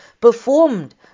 performed